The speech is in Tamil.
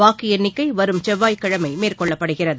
வாக்கு எண்ணிக்கை வரும் செவ்வாய்க்கிழமை மேற்கொள்ளப்படுகிறது